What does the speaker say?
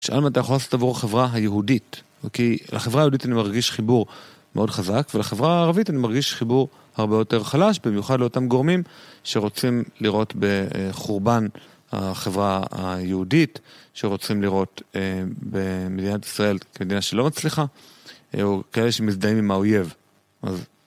שאלנו מה אתה יכול לעשות עבור החברה היהודית כי לחברה היהודית אני מרגיש חיבור מאוד חזק ולחברה הערבית אני מרגיש חיבור הרבה יותר חלש במיוחד לאותם גורמים שרוצים לראות בחורבן החברה היהודית שרוצים לראות במדינת ישראל כמדינה שלא מצליחה או כאלה שמזדהים עם האויב, אז..